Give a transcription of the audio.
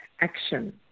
action